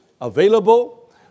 available